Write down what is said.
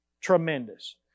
Tremendous